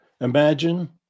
Imagine